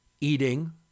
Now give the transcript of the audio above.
eating